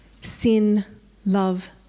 sin-love